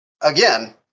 Again